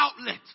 outlet